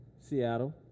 Seattle